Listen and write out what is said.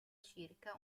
circa